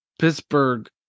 Pittsburgh